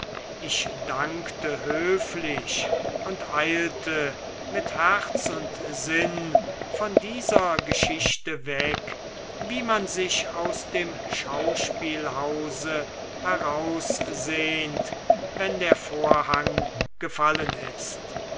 ich dankte höflich und eilte mit herz und sinn von dieser geschichte weg wie man sich aus dem schauspielhause heraussehnt wenn der vorhang gefallen ist